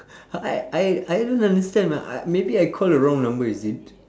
I I I don't understand ah I maybe I call the wrong number is it